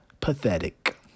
Pathetic